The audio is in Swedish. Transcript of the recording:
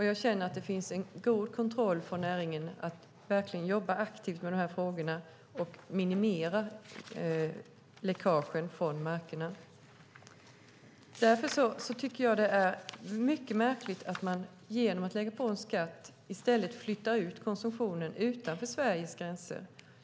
Jag känner att det finns en god kontroll från näringen när det gäller att jobba aktivt med de här frågorna och minimera läckagen från markerna. Därför tycker jag att det är mycket märkligt att man vill lägga på en skatt som i stället flyttar ut produktionen utanför Sveriges gränser.